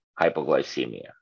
hypoglycemia